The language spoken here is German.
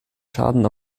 schaden